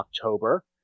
october